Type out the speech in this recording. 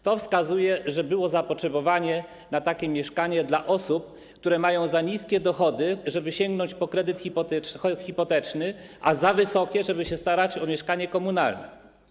To wskazuje, że było zapotrzebowanie na takie mieszkania dla osób, które mają za niskie dochody, żeby sięgnąć po kredyt hipoteczny, a za wysokie, żeby się starać o mieszkanie komunalne.